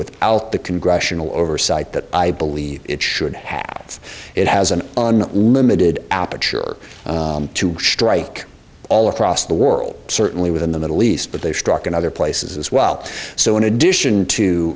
without the congressional oversight that i believe it should have it has an limited aperture to strike all across the world certainly within the middle east but they struck in other places as well so in addition to